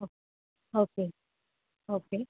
ఒక్ okay okay